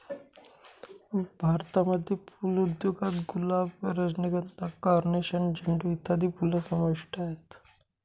भारतामध्ये फुल उद्योगात गुलाब, रजनीगंधा, कार्नेशन, झेंडू इत्यादी फुलं समाविष्ट आहेत